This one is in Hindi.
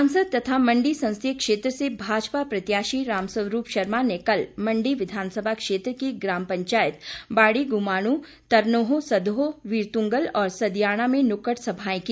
सांसद तथा मंडी संसदीय क्षेत्र से भाजपा प्रत्याशी रामरूवरूप शर्मा ने कल मंडी विधानसभा क्षेत्र की ग्राम पंचायत बाड़ीगुमाणु तरनोह सदोह वीरतुंगल और सदयाणा में नुक्कड़ सभायें की